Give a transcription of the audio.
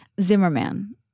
Zimmerman